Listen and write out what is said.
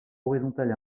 horizontales